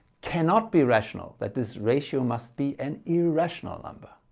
cannot be rational, that this ratio must be an irrational number.